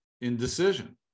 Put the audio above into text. indecision